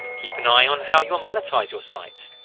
keep an eye on how you will monetize your site.